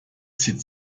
zieht